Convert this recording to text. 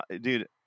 dude